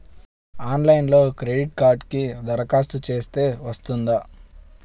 ఆన్లైన్లో క్రెడిట్ కార్డ్కి దరఖాస్తు చేస్తే వస్తుందా?